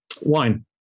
Wine